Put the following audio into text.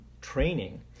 training